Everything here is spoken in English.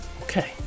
okay